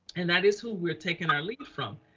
and that is who we're taking our lead from,